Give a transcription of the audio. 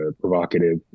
provocative